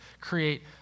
create